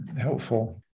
helpful